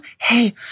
Hey